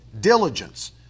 diligence